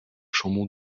chambon